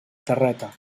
terreta